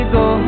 go